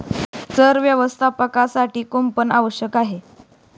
चर व्यवस्थापनासाठी कुंपण आवश्यक आहे